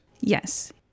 Yes